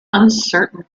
uncertain